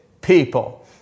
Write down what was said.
people